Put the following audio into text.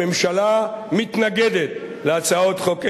הממשלה מתנגדת להצעות חוק אלה.